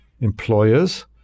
employers